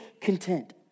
content